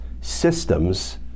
systems